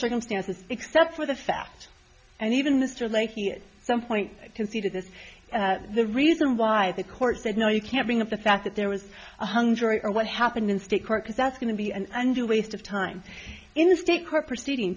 circumstances except for the fact and even mr leahy at some point conceded this the reason why the court said no you can't bring up the fact that there was a hung jury or what happened in state court because that's going to be an undue waste of time in the state court proceeding